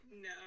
No